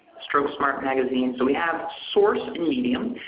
stroke smart magazine. so we have a source and medium.